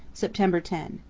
september ten.